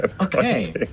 Okay